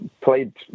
played